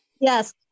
Yes